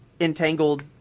entangled